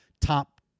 top